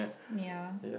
ya